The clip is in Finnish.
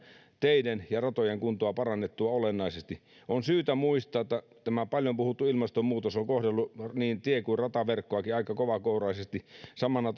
teiden ja ratojen kuntoa parannettua olennaisesti on syytä muistaa että tämä paljon puhuttu ilmastonmuutos on kohdellut niin tie kuin rataverkkoa aika kovakouraisesti samana